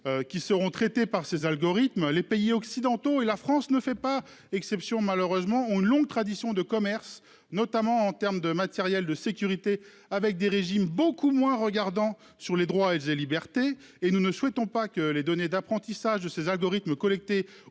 qui seront traités par ses algorithmes. Les pays occidentaux et la France ne fait pas exception malheureusement ont une longue tradition de commerce notamment en terme de matériel de sécurité avec des régimes beaucoup moins regardants sur les droits et des libertés et nous ne souhaitons pas que les données d'apprentissage de ces algorithmes collectés